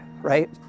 right